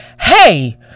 hey